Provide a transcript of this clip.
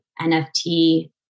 NFT